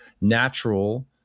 natural